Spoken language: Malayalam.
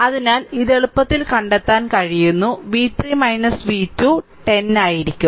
അതിനാൽ ഇത് എളുപ്പത്തിൽ കണ്ടെത്താൻ കഴിയുന്ന v 3 v2 10 ആയിരിക്കും